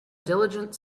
diligent